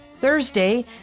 Thursday